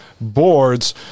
Boards